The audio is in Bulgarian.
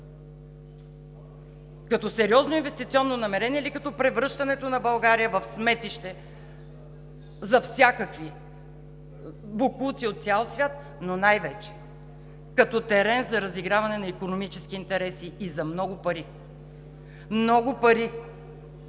като сериозно инвестиционно намерение или превръщането на България в сметище за всякакви боклуци от цял свят, но най-вече като терен за разиграване на икономически интереси и за много пари – много пари